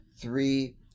three